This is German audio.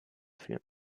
führen